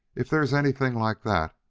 if there is anything like that